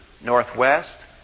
Northwest